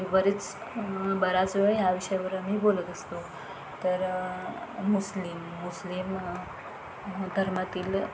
आम्ही बरेच बऱ्याच वेळ ह्या विषयावर आम्ही बोलत असतो तर मुस्लिम मुस्लिम धर्मातील